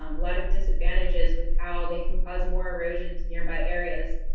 um lot of disadvantages with how they can cause more erosion to nearby areas.